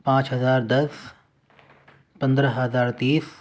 پانچ ہزار دس پندرہ ہزار تیس